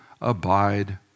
abide